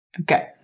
Okay